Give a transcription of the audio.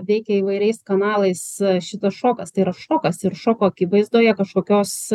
veikia įvairiais kanalais šitas šokas tai yra šokas ir šoko akivaizdoje kažkokios